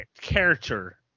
character